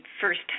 first